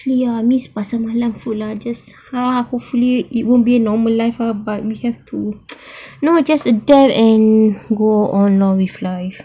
so ya I miss pasar malam food lah just ah hopefully it will be a normal life lah but we have to you know just adapt and go on with life